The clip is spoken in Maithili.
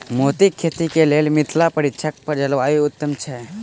मोतीक खेती केँ लेल मिथिला परिक्षेत्रक जलवायु उत्तम छै?